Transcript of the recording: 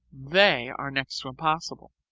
they are next to impossible.